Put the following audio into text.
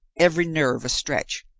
every nerve astretch.